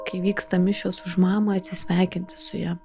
kai vyksta mišios už mamą atsisveikinti su ja